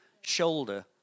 shoulder